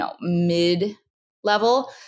mid-level